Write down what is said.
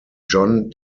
john